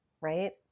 right